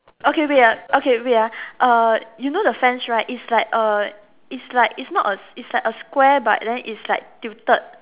okay wait ah okay wait ah uh you know the fence right it's like a it's like it's not a it's like a square but it's like titled